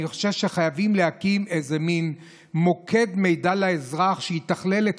אני חושב שחייבים להקים מין מוקד מידע לאזרח שיתכלל את